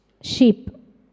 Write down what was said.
sheep